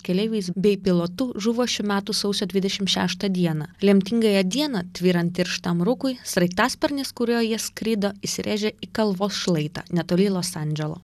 keleiviais bei pilotu žuvo šių metų sausio dvidešim šeštą dieną lemtingąją dieną tvyrant tirštam rūkui sraigtasparnis kuriuo jie skrido įsirėžė į kalvos šlaitą netoli los andželo